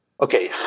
okay